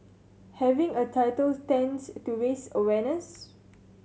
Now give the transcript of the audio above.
having a title tends to raise awareness